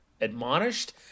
admonished